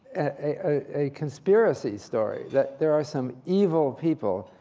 a conspiracy story, that there are some evil people,